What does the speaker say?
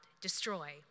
Destroy